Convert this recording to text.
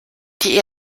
die